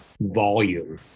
volume